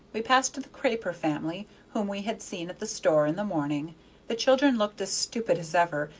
we passed the craper family whom we had seen at the store in the morning the children looked as stupid as ever,